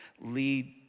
lead